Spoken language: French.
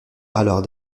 alors